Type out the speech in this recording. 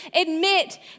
admit